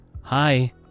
Hi